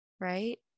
right